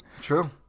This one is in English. true